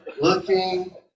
looking